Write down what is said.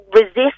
resist